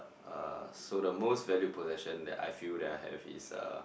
uh so the most valuable lesson that I feel that I have is uh